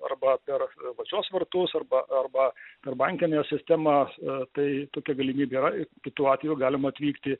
arba per valdžios vartos arba arba per bankinę sistemą tai tokia galimybė yra tuo atveju galima atvykti